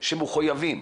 שהן מחויבות